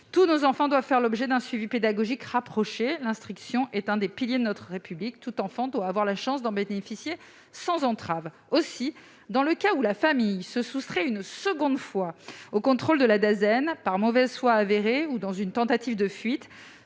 Tous nos enfants doivent faire l'objet d'un suivi pédagogique rapproché. L'instruction est l'un des piliers de notre République et tout enfant doit avoir la chance d'en bénéficier sans entrave. Aussi, lorsqu'une famille se soustrait une seconde fois au contrôle de la Dasen, par mauvaise foi avérée ou dans une tentative de fuite,